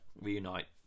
reunite